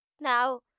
Now